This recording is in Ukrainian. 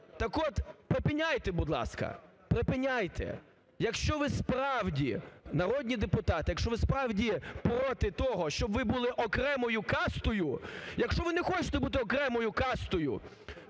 Так от, припиняйте, будь ласка, припиняйте! Якщо ви справді народні депутати, якщо ви справді проти того, щоб ви були окремою кастою, якщо ви не хочете бути окремою кастою,